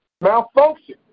malfunction